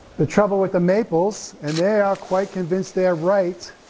the trouble with the maples and they are quite convinced they're right.